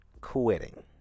quitting